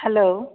hello